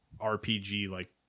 RPG-like